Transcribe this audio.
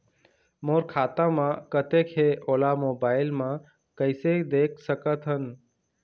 मोर खाता म कतेक हे ओला मोबाइल म कइसे देख सकत हन?